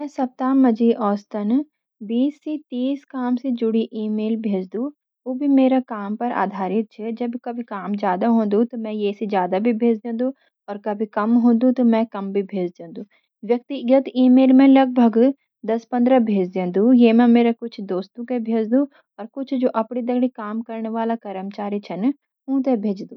मैं सप्ताह मंजी औसतन बीस सी तीस काम सी जुड़ी ईमेल भेज दू। उ भी मेरा काम पर आधारित छ कभी काम ज्यादा हों दु त मैं ये सी ज्यादा भी भेज दे दु और कभी कम हों दु त मैं कम भी भेज दे दूं। व्यक्तिगत ईमेल मैं लगभग दस सी पंद्रह भेज दे दूं, ये मा मेरा कुछ दोस्त कु भेज दूं और कुछ जु आपड़ी दगड़ी काम कन वाला कर्मचारी छ उनके भेज दू।